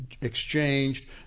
exchanged